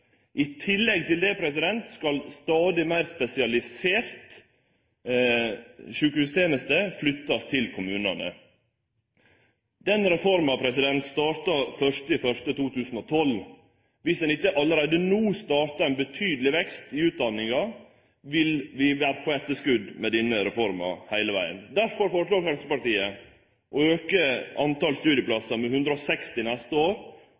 I tillegg til det skal stadig meir spesialisert sjukehusteneste flyttast til kommunane. Den reforma startar 1. januar 2012. Viss ein ikkje allereie no startar ein betydeleg vekst i utdanninga, vil vi vere på etterskot med denne reforma heile vegen. Derfor foreslår Framstegspartiet å auke talet på studieplassar med 160 neste år,